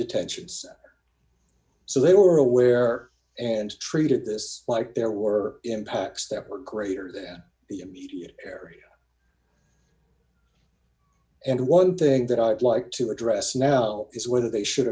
detentions so they were aware and treated this like there were impacts that were greater than the immediate area and one thing that i'd like to address now is whether they should